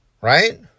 Right